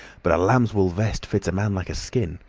but a lambswool vest fits a man like a skin.